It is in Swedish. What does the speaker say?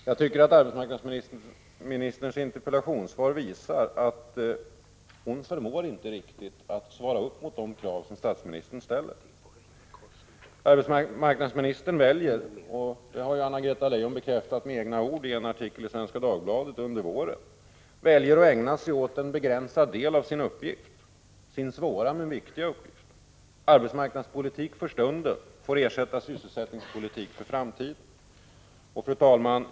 Jag tycker arbetsmarknadsministerns interpellationssvar visar att hon inte riktigt förmår motsvara de krav statsministern ställer. Arbetsmarknadsministern väljer — det har Anna-Greta Leijon bekräftat med egna ord i en artikel i Svenska Dagbladet under våren — att ägna sig åt en begränsad del av sin svåra men viktiga uppgift. Arbetsmarknadspolitik för stunden får ersätta sysselsättningspolitik för framtiden. Fru talman!